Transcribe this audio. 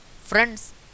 Friends